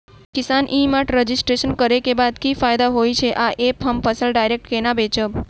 किसान e mart registration करै केँ बाद की फायदा होइ छै आ ऐप हम फसल डायरेक्ट केना बेचब?